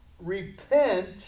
repent